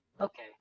okay